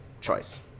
choice